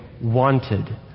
wanted